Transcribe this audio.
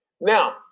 now